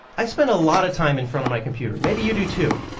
i spent a lot of time in front of my computer, maybe you do too.